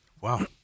Wow